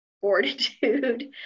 fortitude